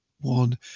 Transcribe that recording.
one